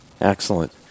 Excellent